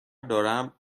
دارم